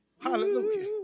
Hallelujah